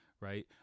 right